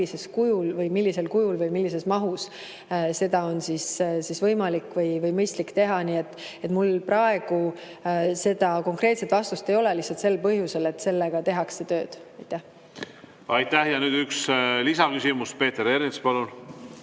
millisel kujul või millises mahus seda on võimalik või mõistlik teha. Nii et mul praegu seda konkreetset vastust ei ole lihtsalt sel põhjusel, et sellega tehakse tööd. Aitäh! Meie ei ole muidugi see eksportija, selles